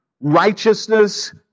righteousness